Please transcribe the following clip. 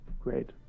great